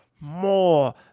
More